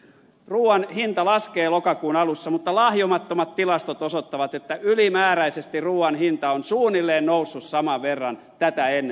ruuan hinta laskee lokakuun alussa mutta lahjomattomat tilastot osoittavat että ylimääräisesti ruuan hinta on suunnilleen noussut saman verran tätä ennen